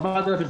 4,000,